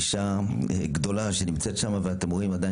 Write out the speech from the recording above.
אישה גדולה שנמצאת שם ואתם רואים עדיין